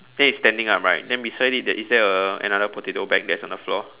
then it's standing up right then beside it there is there a another potato bag that's on the floor